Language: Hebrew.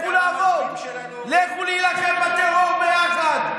לכו לעבוד, לכו להילחם בטרור ביחד.